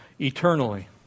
eternally